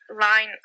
line